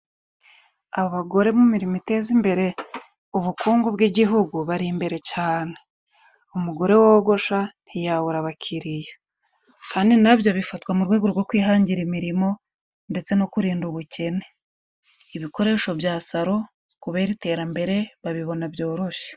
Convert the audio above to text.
Abagore mu mirimo iteza imbere ubukungu bw'igihugu bari imbere cyane, umugore wogosha ntiyabura abakiriya, kandi nabyo bifatwa mu rwego rwo kwihangira imirimo ndetse no kurinda ubukene, ibikoresho bya salo kubera iterambere babibona byoroshye.